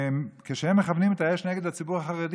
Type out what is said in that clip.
כשהם מכוונים את האש נגד הציבור החרדי